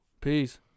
Peace